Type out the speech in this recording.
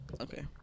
Okay